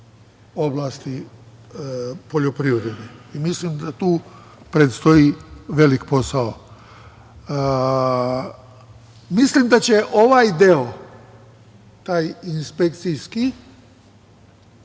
oblasti poljoprivrede. Mislim da tu predstoji veliki posao. Mislim da će ovaj deo, taj inspekcijski,